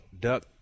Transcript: duck